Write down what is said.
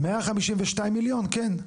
152 מיליון, כן.